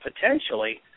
potentially